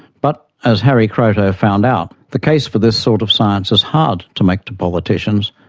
but, as harry kroto found out, the case for this sort of science is hard to make to politicians,